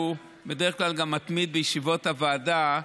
הוא בדרך כלל גם מתמיד בישיבות הוועדה,